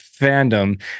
fandom